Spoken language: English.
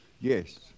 yes